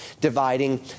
dividing